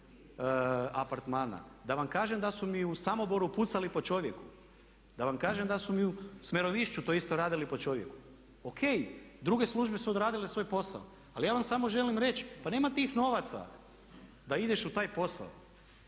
apartmana. Da vam kažem da su mi u Samoboru pucali po čovjeku, da vam kažem da su mi u Smerovišću to isto radili po čovjeku. Ok, druge službe su odradile svoj posao, ali ja vam samo želim reći pa nema tih novaca da ideš u taj posao